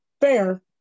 Fair